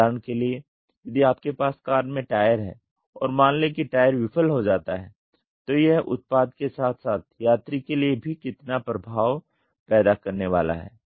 उदाहरण के लिए यदि आपके पास कार में टायर है और मान लें कि टायर विफल हो जाता है तो यह उत्पाद के साथ साथ यात्री के लिए भी कितना प्रभाव पैदा करने वाला है